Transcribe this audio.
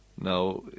Now